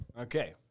Okay